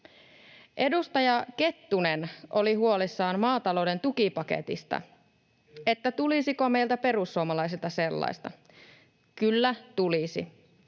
Edustaja Kettunen oli huolissaan maatalouden tukipaketista, siitä, tulisiko meiltä perussuomalaisilta sellaista. Kyllä tulisi.